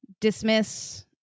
dismiss